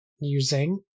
using